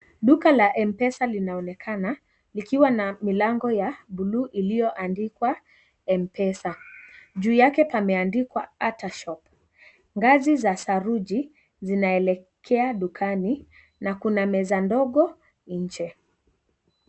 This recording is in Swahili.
Duka la M-Pesa linaonekana likiwa na milango ya bluu iliyoandikwa M-Pesa. Juu yake pameandikwa ATAH AHOP . Ngazi za saruji zinaelekea dukani na kuna meza ndogo nje.